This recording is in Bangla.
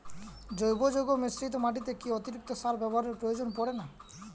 জৈব যৌগ মিশ্রিত মাটিতে কি অতিরিক্ত সার ব্যবহারের প্রয়োজন পড়ে না?